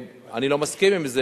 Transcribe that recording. אני לא מסכים עם זה,